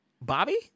Bobby